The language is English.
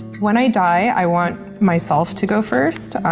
when i die, i want myself to go first.